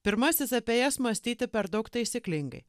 pirmasis apie jas mąstyti per daug taisyklingai